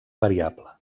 variable